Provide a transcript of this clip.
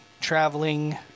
traveling